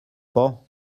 pas